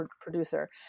producer